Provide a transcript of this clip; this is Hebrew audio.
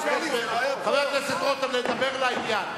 חבר הכנסת רותם, לדבר לעניין.